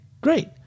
great